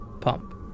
pump